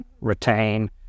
retain